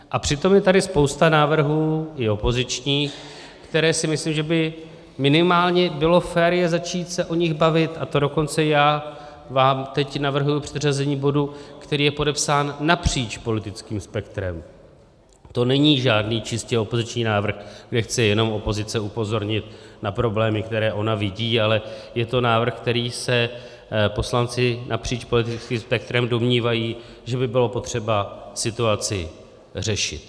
A přitom je tady spousta návrhů i opozičních, kde si myslím, že by bylo minimálně fér se o nich začít bavit, a to dokonce já vám teď navrhuji předřazení bodu, který je podepsán napříč politickým spektrem, to není žádný čistě opoziční návrh, kde chce jenom opozice upozornit na problémy, které ona vidí, ale je to návrh, kterým se poslanci napříč politickým spektrem domnívají, že by bylo potřeba situaci řešit.